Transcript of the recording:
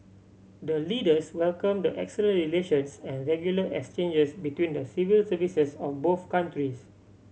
the leaders welcome the excellent relations and regular exchanges between the civil services of both countries